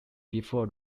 before